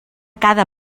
cada